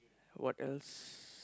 what else